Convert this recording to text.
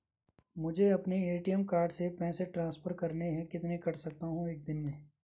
मुझे अपने ATM card से पैसे ट्रांसफर करने हैं कितने कर सकता हूँ एक दिन में?